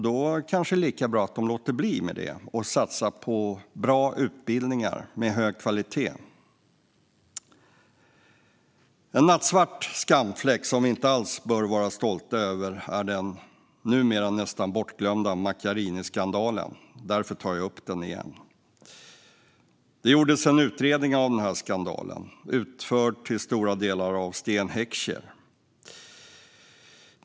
Då kanske det är lika bra att de låter bli och satsar på bra utbildningar med hög kvalitet. En nattsvart skamfläck som vi inte alls bör vara stolta över är den numera nästan bortglömda Macchiariniskandalen. Därför tar jag upp den igen. Det gjordes en utredning av denna skandal, utförd till stora delar av Sten Heckscher.